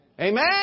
Amen